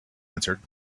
answered